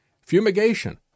fumigation